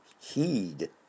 heed